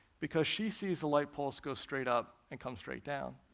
because she sees the light pulse go straight up and come straight down.